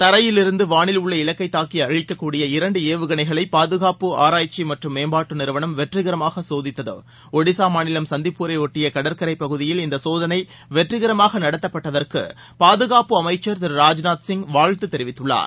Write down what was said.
தரையிலிருந்து வாளில் உள்ள இலக்கை தாக்கி அழிக்கக்கூடிய இரண்டு ஏவுகணைகளை பாதுகாப்பு ஆராய்ச்சி மற்றும் மேம்பாட்டு நிறுவனம் வெற்றிகரமாக சோதித்தது ஒடிஷா மாநிலம் சந்திப்பூரை ஒட்டிய கடற்கரைப் பகுதியில் இந்த சோதனை வெற்றிகரமாக நடத்தப்பட்டதற்கு பாதுகாப்பு அமைச்சர் திரு ராஜ்நாத் சிங் வாழ்த்து தெரிவித்துள்ளார்